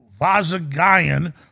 Vazagayan